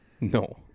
No